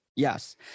Yes